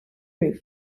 roof